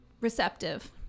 receptive